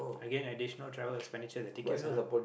again additional travel expenditure the tickets are not